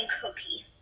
cookie